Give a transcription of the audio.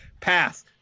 Pass